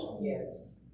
Yes